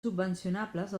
subvencionables